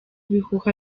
bihuha